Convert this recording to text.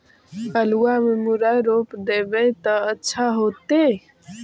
आलुआ में मुरई रोप देबई त अच्छा होतई?